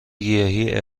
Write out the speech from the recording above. گیاهی